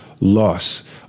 Loss